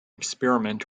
experiment